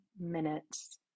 minutes